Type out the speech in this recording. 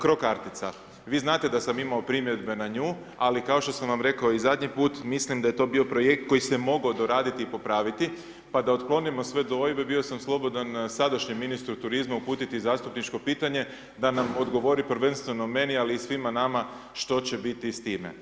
CRO kartica, vi znate da sam imao primjedbe na nju, ali kao što sam vam rekao i zadnji put, mislim da je to bio projekt koji se mogao doradit i popraviti, pa da otklonimo sve dvojbe, bio sam slobodan sadašnjem ministru turizma uputiti zastupničko pitanje da nam odgovori prvenstveno meni, ali i svima nama što će biti s time?